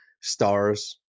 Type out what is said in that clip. stars